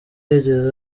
yageze